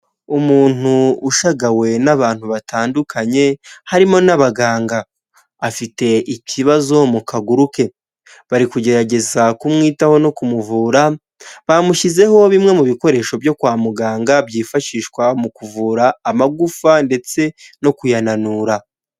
Umuntu ushagawe n'abantu batandukanye harimo n'abaganga afite ikibazo mu kaguru ke bari kugerageza kumwitaho no kumuvura bamushyizeho bimwe mu bikoresho byo kwa muganga byifashishwa mu kuvura amagufa ndetse no kuyananura.